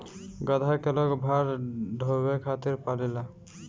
गदहा के लोग भार ढोवे खातिर पालेला